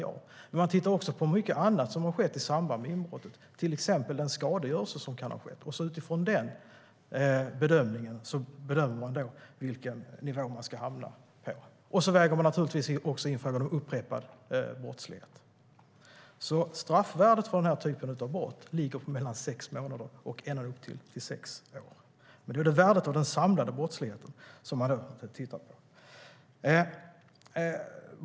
Men man tittar också på mycket annat som har skett i samband med inbrottet, till exempel den skadegörelse som kan ha skett. Utifrån det bedömer man vilken nivå man ska hamna på. Man väger naturligtvis också in frågan om upprepad brottslighet. Straffvärdet för den här typen av brott ligger på mellan sex månader och ända upp till sex år. Det är värdet av den samlade brottsligheten man tittar på.